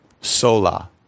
Sola